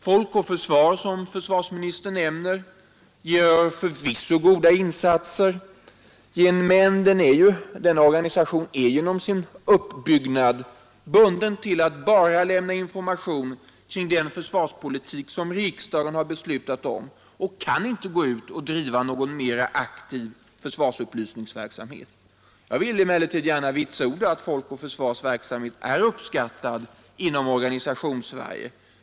Folk och försvar, som försvarsministern nämner, gör förvissa goda insatser, men denna organisation är ju genom sin uppbyggnad bunden till att bara lämna information om den försvarspolitik som riksdagen beslutat om och kan inte gå ut och driva någon mera aktiv försvarsupplysningsverksamhet. Jag vill emellertid gärna vitsorda att Folk och försvars verksamhet är uppskattad inom Organisationssverige.